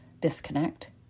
disconnect